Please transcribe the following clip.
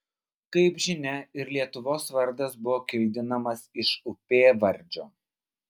kaip žinia ir lietuvos vardas buvo kildinamas iš upėvardžio